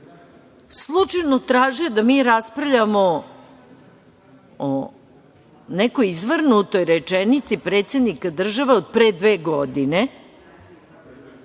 slučajno tražio da mi raspravljamo o nekoj izvrnutoj rečenici predsednika države od pre dve godine,